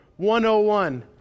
101